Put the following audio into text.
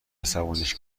عصبانیش